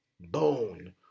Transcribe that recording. bone